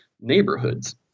neighborhoods